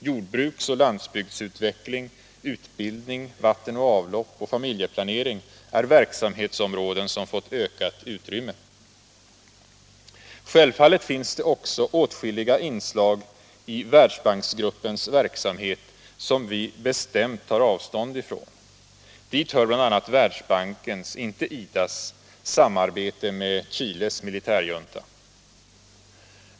Jordbruksoch landsbygdsutveckling, utbildning, vatten och avlopp samt familjeplanering är verksamhetsområden som fått ökat utrymme. Självfallet finns det också åtskilliga inslag i världsbanksgruppens verksamhet som vi bestämt tar avstånd från. Dit hör bl.a. Världsbankens —- inte IDA:s — samarbete med Chiles militärjunta.